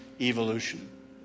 evolution